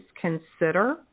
consider